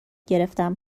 گرفتم